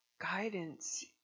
guidance